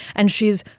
and she's,